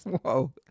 Whoa